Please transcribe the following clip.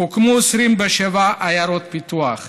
הוקמו 27 עיירות פיתוח,